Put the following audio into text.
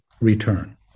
return